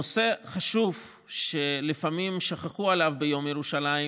נושא חשוב שלפעמים שכחו ממנו ביום ירושלים,